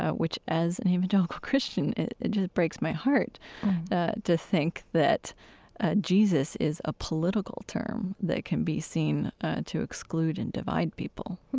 ah which, as an evangelical christian, it just breaks my heart to think that ah jesus is a political term that can be seen to exclude and divide people